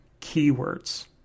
keywords